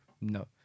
No